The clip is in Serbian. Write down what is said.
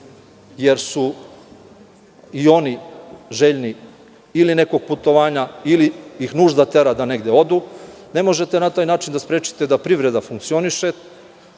jer su i oni željni ili nekog putovanja, ili nužda tera da negde odu. Ne možete na taj način da sprečite da privreda funkcioniše.